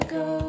go